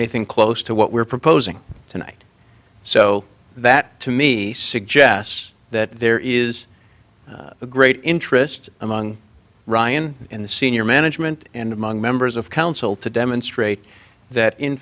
anything close to what we're proposing tonight so that to me suggests that there is a great interest among ryan in the senior management and among members of council to demonstrate that in